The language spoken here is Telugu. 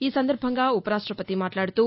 ఈ సందర్భంగా ఉపరాష్టపతి మాట్లాడుతూ